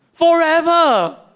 forever